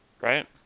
Right